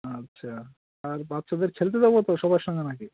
আচ্ছা আর বাচ্চাদের খেলতে দেবো তো সবার সঙ্গে না কি